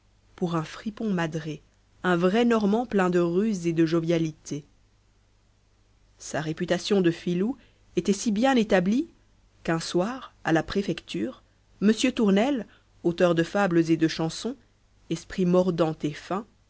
pour un fripon madré un vrai normand plein de ruses et de jovialité sa réputation de filou était si bien établie qu'un soir à la préfecture m tournel auteur de fables et de chansons esprit mordant et fin